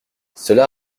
cela